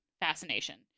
fascination